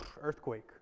earthquake